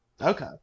Okay